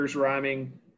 rhyming